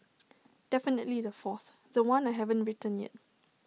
definitely the fourth The One I haven't written yet